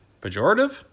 pejorative